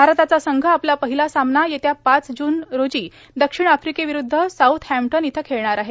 भारताचा संघ आपला पहिला सामना येत्या पाच जून रोजी दक्षिण आफ्रिकेविरूद्द साऊथ हॅम्टन इथं खेळणार आहे